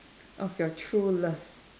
of your true love